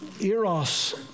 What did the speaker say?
Eros